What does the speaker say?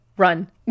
Run